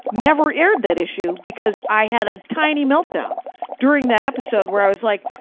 never aired that issue, because i had a tiny meltdown during that episode, where i was like,